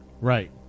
Right